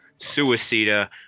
Suicida